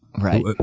Right